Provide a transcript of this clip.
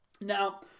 Now